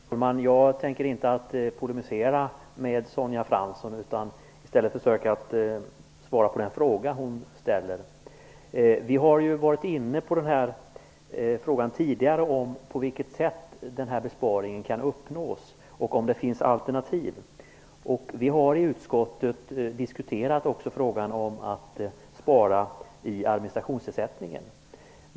Herr talman! Jag tänker inte polemisera med Sonja Fransson utan i stället försöka svara på den fråga hon ställer. Vi har varit inne på frågan om på vilket sätt besparingen kan uppnås och om det finns alternativ tidigare. Vi har i utskottet också diskuterat att spara i administrationsersättningen.